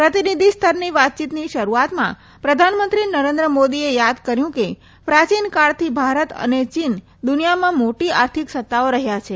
પ્રતિનિધિસ્તરની વાતચીતની શરૂઆતમાં પ્રધાનમંત્રી નરેન્દ્ર મોદીએ યાદ કર્યું કે પ્રાચીનકાળથી ભારત અને ચીન દુનિયામાં મોટી આર્થિક સત્તાઓ રહ્યા છે